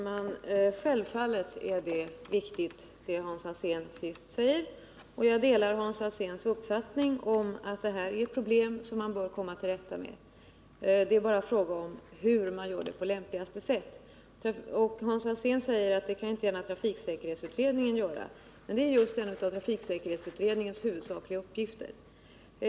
Herr talman! Självfallet är det viktigt som Hans Alsén nu senast sade, och jag delar hans uppfattning att detta är problem som man bör komma till rätta med. Frågan är bara hur man gör det på lämpligaste sätt. Hans Alsén menar att det kan inte trafiksäkerhetsutredningen klara, men det är just en av dess huvudsakliga uppgifter.